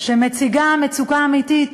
מציגה מצוקה אמיתית